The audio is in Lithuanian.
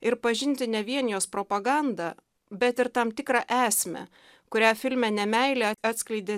ir pažinti ne vien jos propagandą bet ir tam tikrą esmę kurią filme nemeilė atskleidė